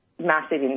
massive